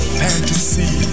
fantasy